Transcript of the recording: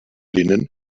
linen